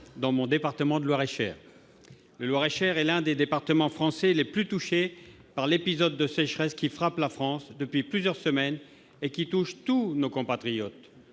dans mon département, le Loir-et-Cher, l'un des départements français les plus touchés par l'épisode de sécheresse qui frappe la France depuis plusieurs semaines et qui touche tous nos compatriotes.